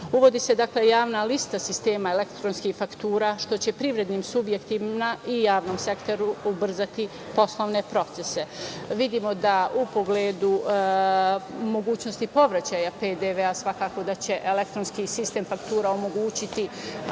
Uvodi se javna lista sistema elektronskih faktura što će privrednim subjektima i javnom sektoru ubrzati poslovne procese. Vidimo da u pogledu mogućnosti povraćaja PDV svakako da će elektronski sistem faktura omogućiti